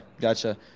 gotcha